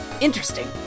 Interesting